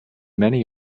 many